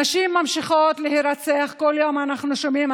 נשים ממשיכות להירצח, כל יום אנחנו שומעים.